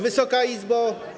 Wysoka Izbo!